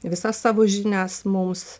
visas savo žinias mums